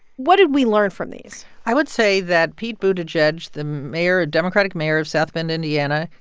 what did we learn from these? i would say that pete buttigieg, the mayor democratic mayor of south bend, and yeah and